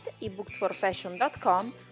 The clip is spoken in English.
ebooksforfashion.com